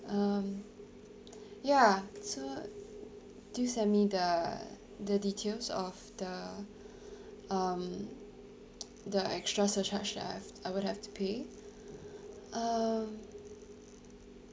um ya so do send me the the details of the um the extra surcharge that I have I would have to pay um